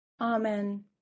Amen